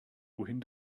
wohin